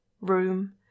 room